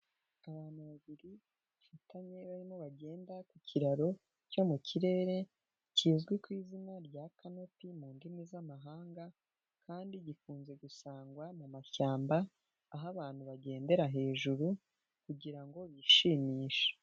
Abantu babiri bafitanye bagenda ku kiraro cyo mu kirere kizwi ku izina rya kanopi mu ndimi z'amahanga kandi gikunze gusangwa mu mashyamba aho abantu bagendera hejuru kugira ngo bishimishe.